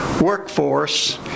workforce